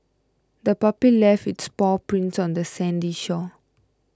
the puppy left its paw prints on the sandy shore